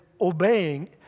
obeying